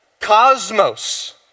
Cosmos